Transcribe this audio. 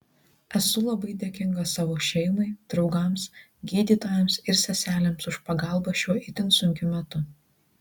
esu labai dėkinga savo šeimai draugams gydytojams ir seselėms už pagalbą šiuo itin sunkiu metu